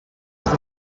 with